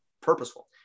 purposeful